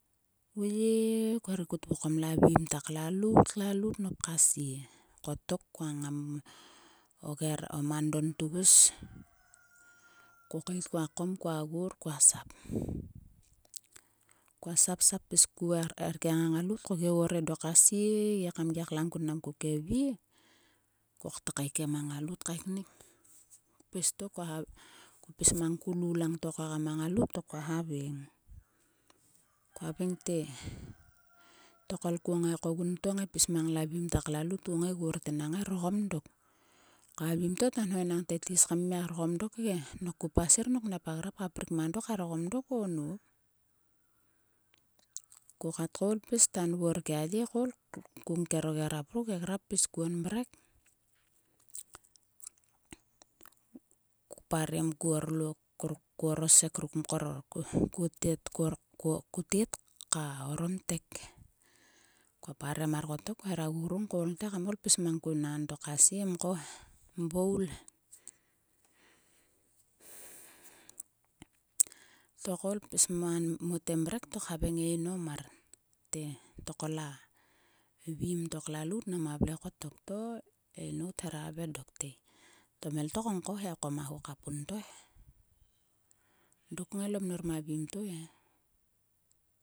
Vuye! Kher kut vokom a vim ta klalout. klolout nop kasie. Kotok koa ngam o gerap, omandon tgus ko keit koa kom koa gor koa sap. Koa sap sap pisâ ku erkieng a ngalout. Ko gi o edo kesie ge kam gia klang kun mnam koke vie. Kokta keikkie a ngalout kaeknik. Pis to ko pis mangâ ko lu langto ko ekam a ngalout to ko haveng. Koa haveng te,``tokol ko ngai kogun to pis mang la vim to klalout. ko ngai gor te na ngai rgom dok''. Ko a vim to taâ nho te tis kam mia ngom dok ge. Nok kopa sir na grap ka prik ma dok ka rgom dok o nop? Ko kat koul ka nvor kia ye koul. Kuung kero gerap ruk. Gerap pis kuon mrek. Ko parem ko orluk ko tete ka oromtek. Koa parem mar kotok ko hera gugrung koul ngte kam pis mang ko nanto kesie mko he. Mvoul he. To koul pis man, mote mrek to khaveng e inou mar. Te tokol a vim to klalout nama vle kotok. To e inou thera haveng dok te,``a tomhel to kong ko he. ko ma ho ka pun to he''. Dok kngai lo mnor ma vim to e.